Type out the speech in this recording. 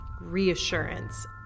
reassurance